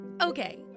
Okay